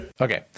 Okay